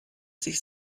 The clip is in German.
sich